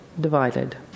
divided